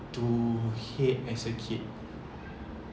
to hate as a kid